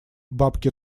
бабке